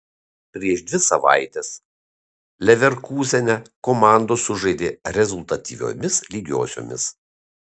prieš dvi savaites leverkūzene komandos sužaidė rezultatyviomis lygiosiomis